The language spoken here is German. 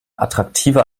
attraktive